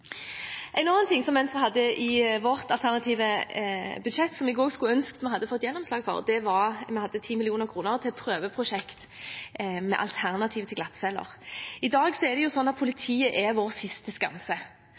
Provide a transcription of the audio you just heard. En annen ting som vi hadde i vårt alternative budsjett, som jeg også skulle ønske vi hadde fått gjennomslag for, var 10 mill. kr til et prøveprosjekt med et alternativ til glattceller. I dag er det sånn at politiet er vår siste skanse.